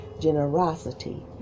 generosity